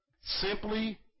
simply